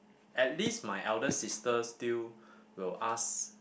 at least my elder sister still will ask